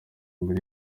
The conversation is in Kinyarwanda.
muri